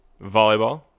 Volleyball